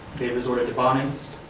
they resorted to bombings,